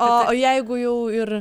o o jeigu jau ir